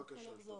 בבקשה.